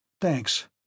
Thanks